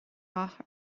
rath